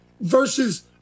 versus